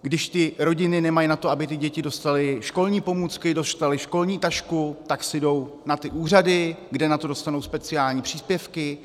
Když ty rodiny nemají na to, aby děti dostaly školní pomůcky, dostaly školní tašku, tak si jdou na ty úřady, kde na to dostanou speciální příspěvky.